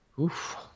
Oof